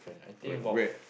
and where